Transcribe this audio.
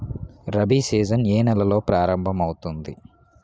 Rabi season ఏ నెలలో ప్రారంభమౌతుంది?